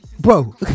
bro